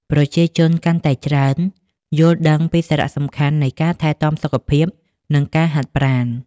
ប្រជាជនកាន់តែច្រើនយល់ដឹងពីសារៈសំខាន់នៃការថែទាំសុខភាព និងការហាត់ប្រាណ។